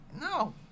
no